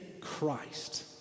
Christ